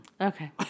Okay